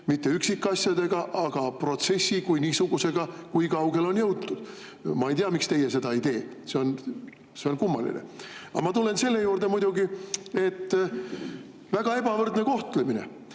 mitte üksikasjadega, aga protsessi kui niisugusega, sellega, kui kaugele on jõutud. Ma ei tea, miks te seda ei tee, see on kummaline. Aga ma tulen selle juurde muidugi, et on väga ebavõrdne kohtlemine.